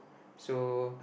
so